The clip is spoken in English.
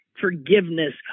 forgiveness